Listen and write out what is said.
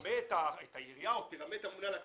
תְרמה את העירייה או תרמה את הממונה על הקרינה?